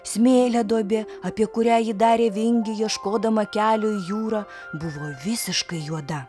smėlio duobė apie kurią ji darė vingį ieškodama kelio į jūrą buvo visiškai juoda